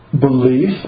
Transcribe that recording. belief